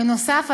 בנוסף,